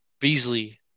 Beasley